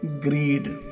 greed